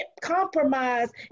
compromise